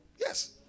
Yes